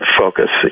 focus